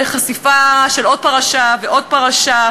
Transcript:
חשיפה של עוד פרשה ועוד פרשה,